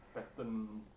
pattern